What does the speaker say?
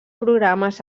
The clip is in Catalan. programes